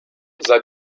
seit